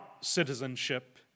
citizenship